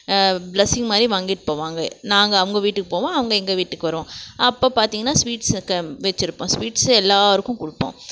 blessing மாதிரி வாங்கிகிட்டு போவாங்க நாங்கள் அவங்க வீட்டுக்கு போவோம் அவங்க எங்கள் வீட்டுக்கு வருவோம் அப்போது பார்த்திங்ன்னா ஸ்வீட்ஸு வச்சுருப்போம் ஸ்வீட்ஸு எல்லோருக்கும் கொடுப்போம்